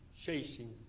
chasing